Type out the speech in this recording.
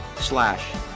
slash